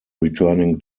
returning